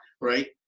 right